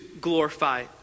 glorify